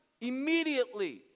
immediately